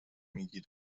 میگیره